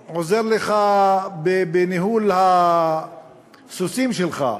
הוא עוזר לך בניהול הסוסים שלך.